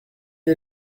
est